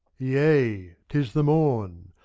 yea! tis the morn!